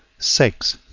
six.